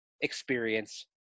experience